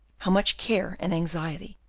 how much care and anxiety,